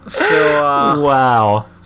wow